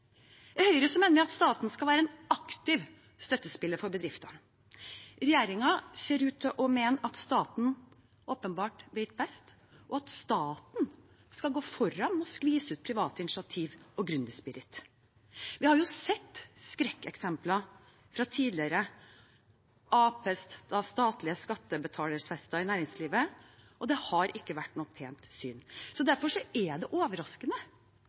I Høyre mener vi at staten skal være en aktiv støttespiller for bedriftene. Regjeringen ser ut til å mene at staten vet best, og at staten skal gå foran og skvise ut private initiativ og gründerspirit. Vi har sett skrekkeksempler fra tidligere på statlige skattebetalerfester i næringslivet, og det har ikke vært noe pent syn. Derfor er det overraskende